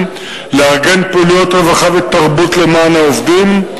לארגן פעילויות רווחה ותרבות למען העובדים,